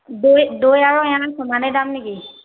দৈ দৈ আৰু এৱাঁ সমানেই দাম নেকি